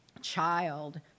child